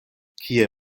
kie